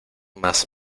más